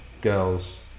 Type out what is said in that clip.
girls